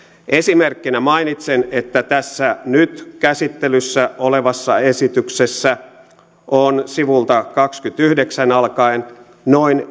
esimerkkinä mainitsen että tässä nyt käsittelyssä olevassa esityksessä on sivulta kahdenkymmenenyhdeksän alkaen noin